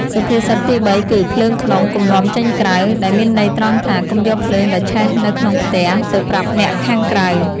សុភាសិតទីបីគឺ ភ្លើងក្នុងកុំនាំចេញក្រៅ ដែលមានន័យត្រង់ថា កុំយកភ្លើងដែលឆេះនៅក្នុងផ្ទះ ទៅប្រាប់អ្នកខាងក្រៅ។